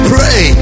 Pray